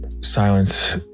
silence